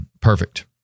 perfect